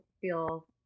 feel